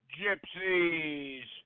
gypsies